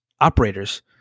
operators